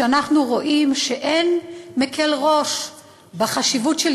כשאנחנו רואים שאין מקל ראש בחשיבות של